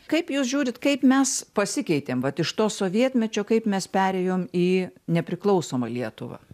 kaip jūs žiūrit kaip mes pasikeitėm vat iš to sovietmečio kaip mes perėjom į nepriklausomą lietuvą